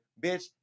bitch